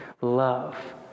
love